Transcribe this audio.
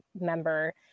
member